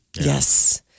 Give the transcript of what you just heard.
Yes